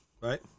right